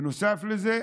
בנוסף לזה,